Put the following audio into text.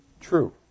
true